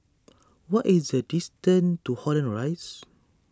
what is the distance to Holland Rise